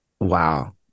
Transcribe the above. Wow